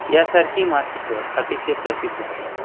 यासारखी मासिकं अतिशय प्रसिद्ध आहेत